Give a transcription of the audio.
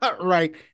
Right